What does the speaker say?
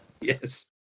yes